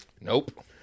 Nope